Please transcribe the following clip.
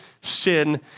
sin